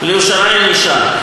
לירושלים נשאר.